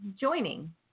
joining